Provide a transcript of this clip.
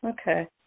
Okay